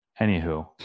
Anywho